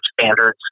Standards